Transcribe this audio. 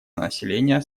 население